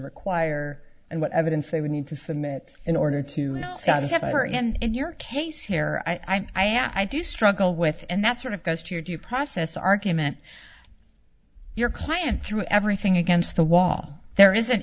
require and what evidence they would need to submit in order to satisfy her and your case here i am i do struggle with and that sort of goes to your due process argument your client threw everything against the wall there isn't